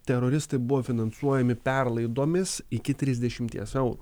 teroristai buvo finansuojami perlaidomis iki trisdešimties eurų